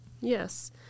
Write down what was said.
Yes